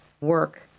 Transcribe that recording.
work